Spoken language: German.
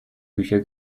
bücher